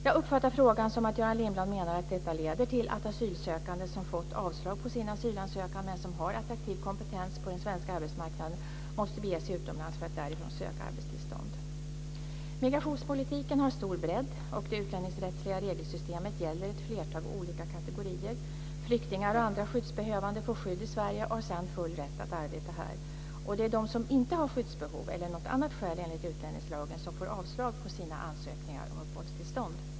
Jag uppfattar frågan som att Göran Lindblad menar att detta leder till att asylsökande som fått avslag på sin asylansökan men som har attraktiv kompetens på den svenska arbetsmarknaden måste bege sig utomlands för att därifrån söka arbetstillstånd. Migrationspolitiken har stor bredd, och det utlänningsrättsliga regelsystemet gäller ett flertal olika kategorier. Flyktingar och andra skyddsbehövande får skydd i Sverige och har sedan full rätt att arbeta här. Det är de som inte har skyddsbehov eller något annat skäl enligt utlänningslagen som får avslag på sina ansökningar om uppehållstillstånd.